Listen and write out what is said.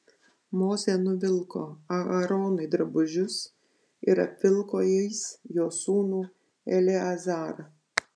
mozė nuvilko aaronui drabužius ir apvilko jais jo sūnų eleazarą